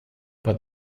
but